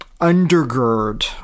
undergird